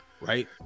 right